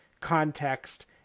context